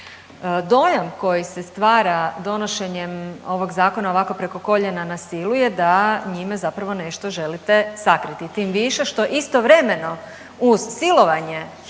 Dojam koji se stvara donošenjem ovog zakona ovako preko koljena na silu je da njime zapravo nešto želite sakriti, tim više što istovremeno uz silovanje hitne